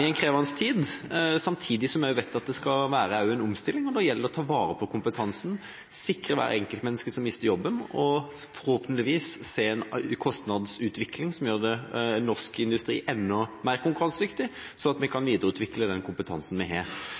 i en krevende tid, samtidig som vi vet at det også skal være en omstilling. Da gjelder det å ta vare på kompetansen, sikre hvert enkeltmenneske som mister jobben, og forhåpentligvis se en kostnadsutvikling som gjør norsk industri enda mer konkurransedyktig, slik at vi kan videreutvikle den kompetansen vi har.